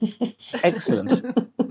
Excellent